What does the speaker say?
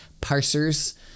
parsers